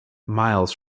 miles